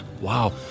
Wow